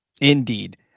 indeed